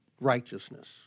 righteousness